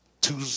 two